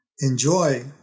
enjoy